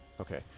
Okay